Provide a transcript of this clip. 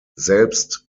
selbst